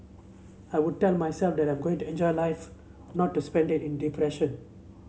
I would tell myself that I'm going to enjoy life not to spend it in depression